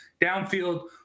downfield